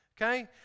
Okay